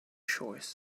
choice